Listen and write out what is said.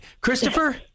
Christopher